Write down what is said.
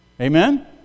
Amen